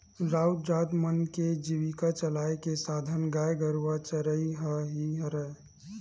राउत जात मन के जीविका चलाय के साधन गाय गरुवा चरई ह ही हरय